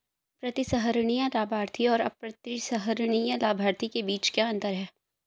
प्रतिसंहरणीय लाभार्थी और अप्रतिसंहरणीय लाभार्थी के बीच क्या अंतर है?